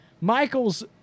Michaels